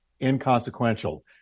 inconsequential